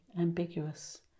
ambiguous